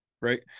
Right